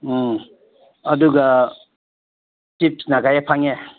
ꯎꯝ ꯑꯗꯨꯒ ꯆꯤꯞꯁꯅ ꯀꯌꯥ ꯐꯪꯉꯦ